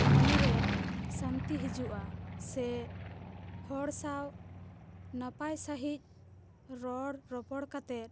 ᱢᱚᱱᱮ ᱨᱮ ᱥᱟᱱᱛᱤ ᱦᱤᱡᱩᱜᱼᱟ ᱥᱮ ᱦᱚᱲ ᱥᱟᱶ ᱱᱟᱯᱟᱭ ᱥᱟᱺᱦᱤᱡ ᱨᱚᱲ ᱨᱚᱯᱚᱲ ᱠᱟᱛᱮᱫ